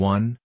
One